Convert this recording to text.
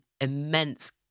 immense